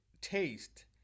taste